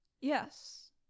Yes